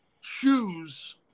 choose